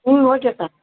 ಹ್ಞೂ ಓಕೆ ಸಾ